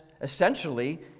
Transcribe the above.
essentially